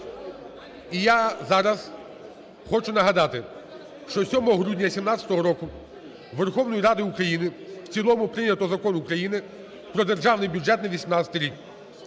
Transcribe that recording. І я зараз хочу нагадати, що 7 грудня 2017 року Верховною Радою України в цілому прийнято Закон України про Державний бюджет на 2018 рік.